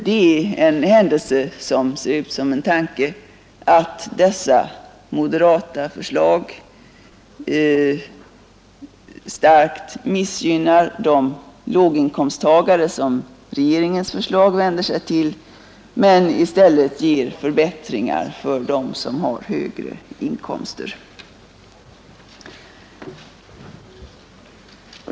Det är en händelse som ser ut som en tanke att moderaternas förslag starkt missgynnar de låginkomsttagare som regeringen vill måna om men i stället ge förbättringar åt dem som har högre inkomster.